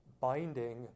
binding